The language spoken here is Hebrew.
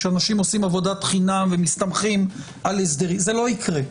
זה לא יקרה.